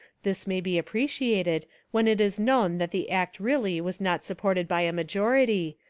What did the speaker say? this may be appre ciated when it is known that the act really was not supported by a majority,